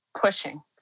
pushing